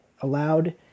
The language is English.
allowed